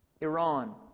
Iran